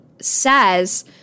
says